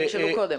שנשאלו קודם.